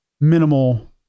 minimal